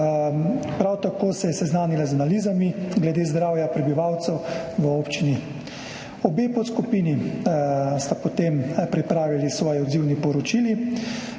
Prav tako se je seznanila z analizami glede zdravja prebivalcev v občini. Obe podskupini sta potem pripravili svoji odzivni poročili.